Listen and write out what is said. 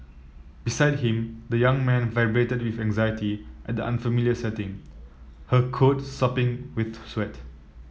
beside him the young mare vibrated with anxiety at the unfamiliar setting her coat sopping with sweat